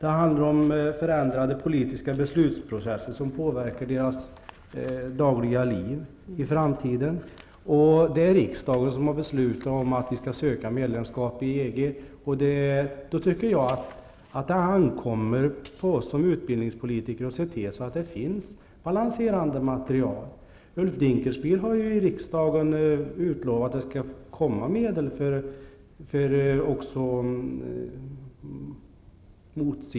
Det handlar om förändrade politiska beslutsprocesser som kommer att påverka deras dagliga liv i framtiden. Riksdagen har beslutat att vi skall söka medlemskap i EG. Därför tycker jag att det ankommer på oss som utbildningspolitiker att se till att det finns balanserande material.